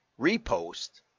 repost